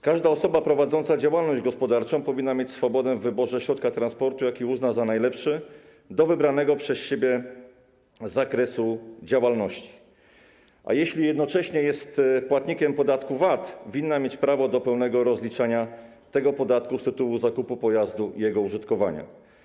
Każda osoba prowadząca działalność gospodarczą powinna mieć swobodę w wyborze środka transportu, jaki uzna za najlepszy do wybranego przez siebie zakresu działalności, a jeśli jednocześnie jest płatnikiem podatku VAT, winna mieć prawo do pełnego rozliczania tego podatku z tytułu zakupu pojazdu i jego użytkowania.